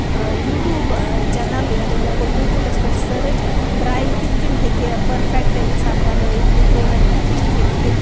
YouTube channel یعنی مےٚ کوٚر یوٗٹیوٗبَس پٮ۪ٹھ سٔرٕچ ڈریِنگ کِتھ کٔنۍ ہیٚکہِ پٔرفیکٹ انسان بَنٲیِتھ اِمپروٗمینٹ کِتھ کٔنۍ ہیٚکہِ یِتھ